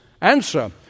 Answer